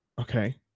okay